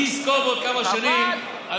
מי יזכור בעוד כמה שנים, חבל, חבל.